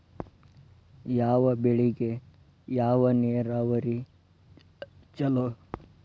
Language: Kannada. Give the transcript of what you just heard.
ಯಾವ ಬೆಳಿಗೆ ಯಾವ ನೇರಾವರಿ ಛಲೋ?